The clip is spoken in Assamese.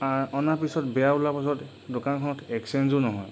অনাৰ পিছত বেয়া ওলোৱা পাছত দোকানখনত এক্সচেঞ্জো নহয়